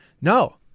No